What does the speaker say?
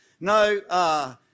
No